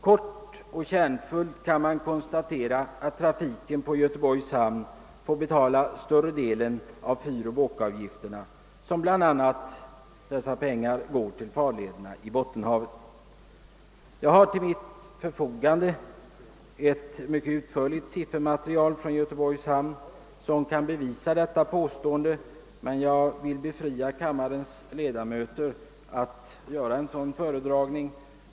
Kort och kärnfullt kan konstateras, att trafiken på Göteborgs hamn får betala större delen av fyroch båkavgifterna — dessa pengar går bl.a. till farlederna i Bottenhavet. Jag har till mitt förfogande ett mycket utförligt siffermaterial från Göteborgs hamn som kan bevisa detta påstående, men jag vill befria kammarens ledamöter från att höra en sådan föredragning.